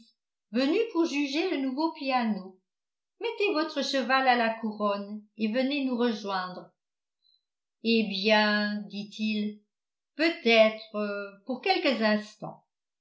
venues pour juger le nouveau piano mettez votre cheval à la couronne et venez nous rejoindre eh bien dit-il peut-être pour quelques instants